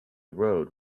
road